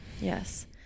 Yes